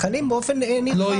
נכון, גם אם זה לא בין-לאומי.